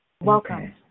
Welcome